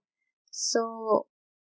so